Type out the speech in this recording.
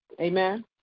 Amen